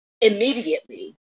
Immediately